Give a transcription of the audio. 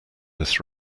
this